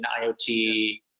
IoT